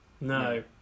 No